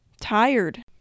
tired